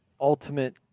ultimate